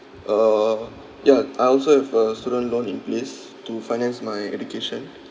uh ya I also have a student loan in place to finance my education